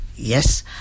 Yes